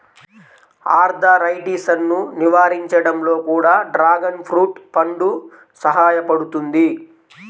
ఆర్థరైటిసన్ను నివారించడంలో కూడా డ్రాగన్ ఫ్రూట్ పండు సహాయపడుతుంది